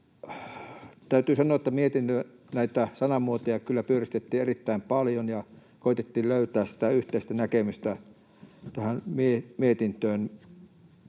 Täytyy sanoa, että näitä mietinnön sanamuotoja kyllä pyöristettiin erittäin paljon ja koetettiin löytää sitä yhteistä näkemystä tähän mietintöön.